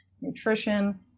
nutrition